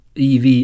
EV